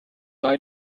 ein